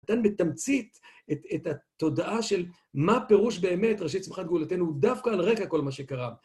תן בתמצית את, את התודעה של מה פירוש באמת ראשי צמחת גאולתנו, דווקא על רקע כל מה שקרה.